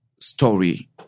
story